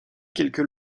quelques